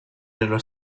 nello